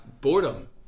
Boredom